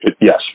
Yes